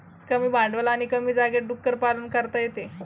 कमी भांडवल आणि कमी जागेत डुक्कर पालन करता येते